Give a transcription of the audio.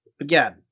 Again